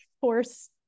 force